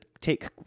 take